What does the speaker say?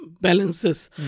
balances